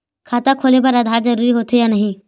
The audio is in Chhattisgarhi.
खाता खोले बार आधार जरूरी हो थे या नहीं?